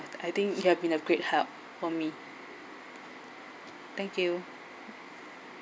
I think you had been a great help for me thank you